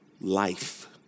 life